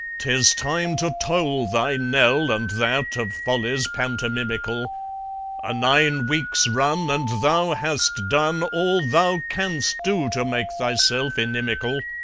t is time to toll thy knell, and that of follies pantomimical a nine weeks' run, and thou hast done all thou canst do to make thyself inimical.